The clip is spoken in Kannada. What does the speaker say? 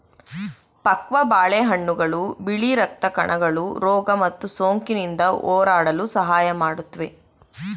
ಪಕ್ವ ಬಾಳೆಹಣ್ಣುಗಳು ಬಿಳಿ ರಕ್ತ ಕಣಗಳು ರೋಗ ಮತ್ತು ಸೋಂಕಿನಿಂದ ಹೋರಾಡಲು ಸಹಾಯ ಮಾಡುತ್ವೆ